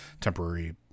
temporary